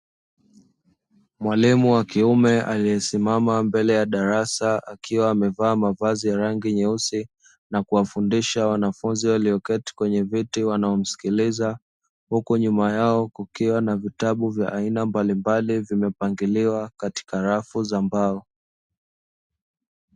Mwalimu wakiume aliyesimama mbele ya darasa akiwa amevaa mavazi ya rangi nyeusi na kuwafundisha wanafunzi waliyoketi kwenye viti wanaomsikiliza huku nyuma yao kukiwa na vitabu vya aina mbalimbali vimepangiliwa katika rafu za mbao.